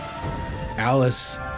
Alice